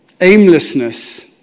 Aimlessness